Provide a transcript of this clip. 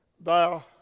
thou